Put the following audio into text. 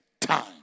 time